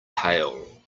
hail